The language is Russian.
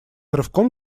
рывком